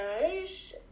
guys